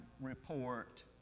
report